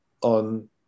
on